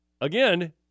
again